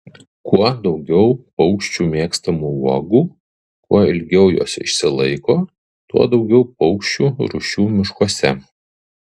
kuo daugiau paukščių mėgstamų uogų kuo ilgiau jos išsilaiko tuo daugiau paukščių rūšių miškuose